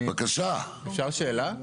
אפשר שאלה?